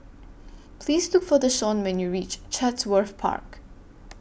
Please Look For Deshaun when YOU REACH Chatsworth Park